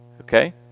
Okay